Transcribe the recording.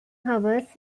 hours